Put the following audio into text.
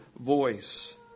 voice